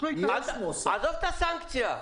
עזוב את הסנקציה.